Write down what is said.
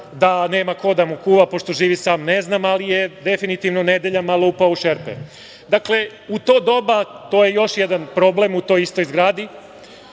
da nema ko da mu kuva, pošto živi sam, ne znam, ali definitivno je nedeljama lupao u šerpe. Dakle, u to doba to je još jedan problem u toj istoj zgradi.